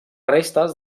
restes